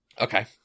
Okay